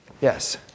Yes